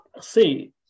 See